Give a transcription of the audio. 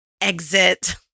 exit